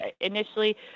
Initially